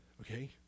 Okay